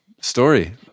story